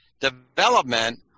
Development